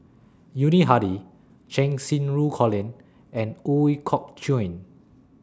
Yuni Hadi Cheng Xinru Colin and Ooi Kok Chuen